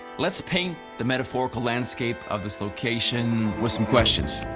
let's paint the metaphorical landscape of this location with some questions.